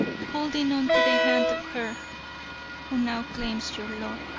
holding on to the hand of her who now claims your love.